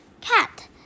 Cat